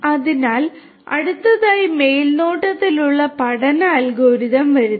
അതിനാൽ അടുത്തതായി മേൽനോട്ടത്തിലുള്ള പഠന അൽഗോരിതം വരുന്നു